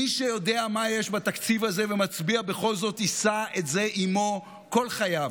מי שיודע מה יש בתקציב הזה ומצביע בכל זאת יישא את זה עימו כל חייו.